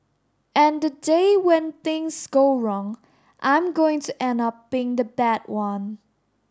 and the day when things go wrong I'm going to end up being the bad one